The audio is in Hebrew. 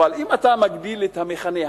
אם אתה מגדיל את המכנה,